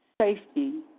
Safety